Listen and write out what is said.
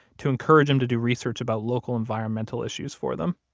to encourage him to do research about local environmental issues for them.